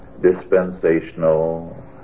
dispensational